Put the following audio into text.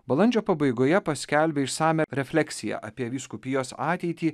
balandžio pabaigoje paskelbė išsamią refleksiją apie vyskupijos ateitį